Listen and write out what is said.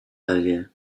ewie